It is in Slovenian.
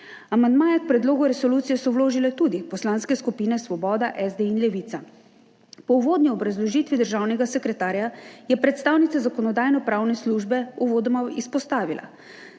Amandmaje k predlogu resolucije so vložile tudi poslanske skupine Svoboda, SD in Levica. Po uvodni obrazložitvi državnega sekretarja je predstavnica Zakonodajno-pravne službe uvodoma izpostavila,